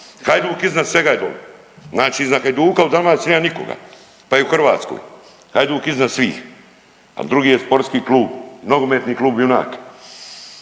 Hajduk iznad svega je doli, znači iza Hajduka u Dalmaciji nema nikoga pa i u Hrvatskoj. Hajduk iznad svih, a drugi je sportski klub Nogometni klub Junak.